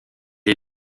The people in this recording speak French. est